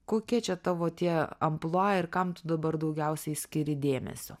kokie čia tavo tie amplua ir kam tu dabar daugiausiai skiri dėmesio